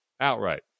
outright